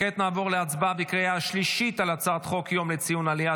כעת נעבור להצבעה בקריאה שלישית על הצעת חוק יום לציון עליית